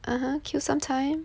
(uh huh) kill some time